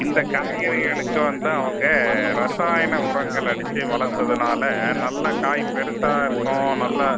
இந்தக் காய்கறிகளுக்கு வந்து அவங்க ரசாயன உரங்கள் அடித்து வளர்த்ததுனால நல்ல காய் பெருசாக இருக்கும் நல்லா